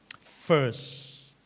First